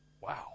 Wow